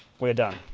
we're done.